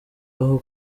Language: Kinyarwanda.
aho